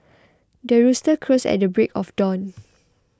the rooster crows at the break of dawn